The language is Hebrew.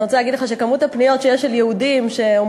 אני רוצה להגיד לך שכמות הפניות של יהודים שאומרים